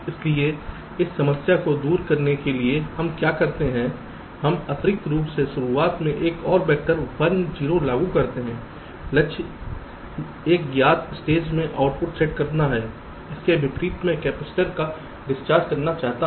इसलिए इस समस्या को दूर करने के लिए हम क्या करते हैं हम अतिरिक्त रूप से शुरुआत में एक और वेक्टर 1 0 लागू करते हैं लक्ष्य एक ज्ञात स्टेट में आउटपुट सेट करना है इसके विपरीत मैं कैपेसिटर का डिस्चार्ज करना चाहता हूं